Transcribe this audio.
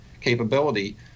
capability